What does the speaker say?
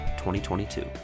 2022